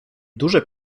duże